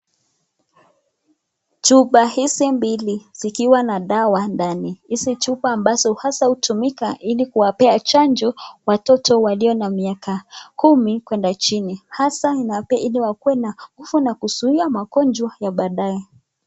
Chupa hizi mbili zikiwa na dawa ndani. Hizi chupa ambazo hasa hutumika ili kuwapea chanjo watoto walio na miaka kumi kuenda chini hasa ili wakue na nguvu na kuzuia magonjwa ya baadae.